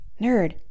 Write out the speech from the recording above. Nerd